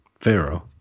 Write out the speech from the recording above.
Pharaoh